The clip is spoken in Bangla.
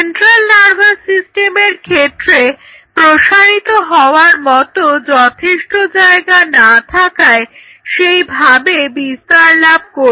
সেন্ট্রাল নার্ভাস সিস্টেমের ক্ষেত্রে প্রসারিত হওয়ার মত যথেষ্ট জায়গা না থাকায় সেই ভাবে বিস্তার লাভ করতে পারে না